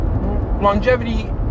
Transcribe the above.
Longevity